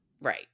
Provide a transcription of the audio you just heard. right